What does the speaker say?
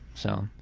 so,